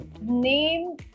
Name